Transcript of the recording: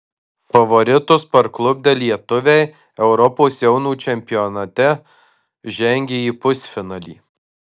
favoritus parklupdę lietuviai europos jaunių čempionate žengė į pusfinalį